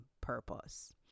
purpose